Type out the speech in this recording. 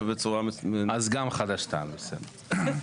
אז גם חד"ש תע"ל בסדר.